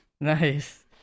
Nice